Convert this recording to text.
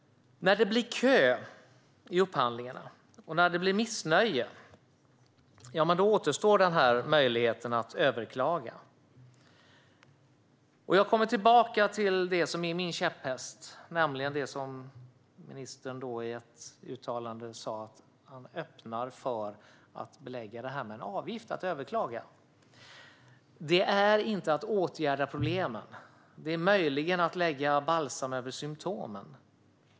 När det blir kö i upphandlingarna och när det blir missnöje återstår möjligheten att överklaga. Jag kommer tillbaka till det som är min käpphäst, nämligen det som ministern sa i ett uttalande: att han öppnar för att belägga det med en avgift att överklaga. Det är inte att åtgärda problemen. Det är möjligen att lägga balsam på symtomen.